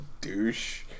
douche